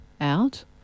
out